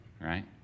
Right